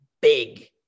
big